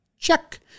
Check